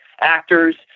actors